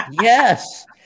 Yes